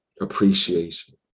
appreciation